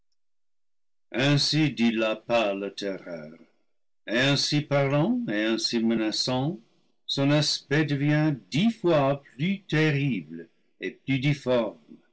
ainsi dit la pâle terreur et ainsi parlant et ainsi menaçant son aspect devient dix fois plus terrible et plus